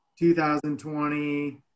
2020